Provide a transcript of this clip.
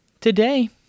today